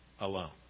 alone